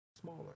Smaller